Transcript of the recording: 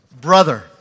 Brother